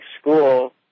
school